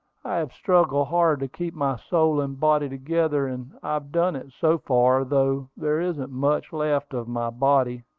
i have struggled hard to keep my soul and body together, and i've done it so far, though there isn't much left of my body.